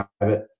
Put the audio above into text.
private